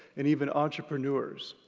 and even entrepreneurs.